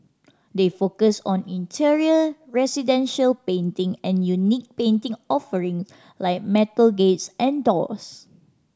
they focus on interior residential painting and unique painting offering like metal gates and doors